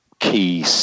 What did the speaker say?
key